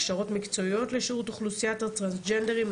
הכשרות מקצועיות לשירות אוכלוסיית הטרנסג'נדרים,